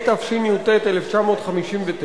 התשי"ט 1959,